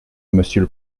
monsieur